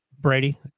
Brady